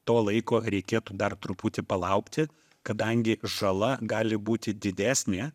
to laiko reikėtų dar truputį palaukti kadangi žala gali būti didesnė